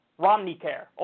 Romneycare